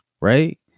right